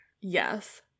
Yes